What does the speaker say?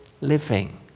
living